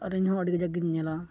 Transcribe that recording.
ᱟᱨ ᱤᱧᱦᱚᱸ ᱟᱹᱰᱤ ᱠᱟᱡᱟᱠᱜᱮᱧ ᱧᱮᱞᱟ